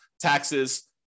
taxes